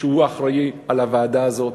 שהוא האחראי לוועדה הזאת,